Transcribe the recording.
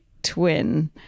Twin